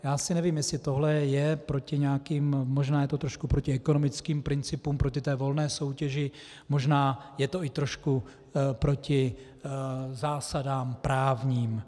Já nevím, jestli tohle je proti nějakým možná je to trošku proti ekonomickým principům, proti té volné soutěži, možná je to i trošku proti zásadám právním.